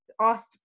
asked